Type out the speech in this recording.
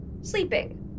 Sleeping